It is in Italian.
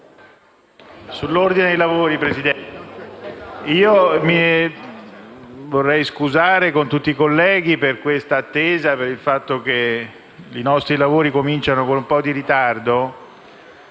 *(PD)*. Signora Presidente, vorrei scusarmi con tutti i colleghi per questa attesa e per il fatto che i nostri lavori cominciano con un po' di ritardo.